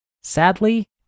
Sadly